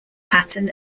pattern